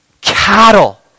Cattle